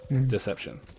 deception